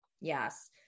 yes